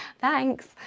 Thanks